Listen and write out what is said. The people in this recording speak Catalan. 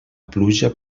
pluja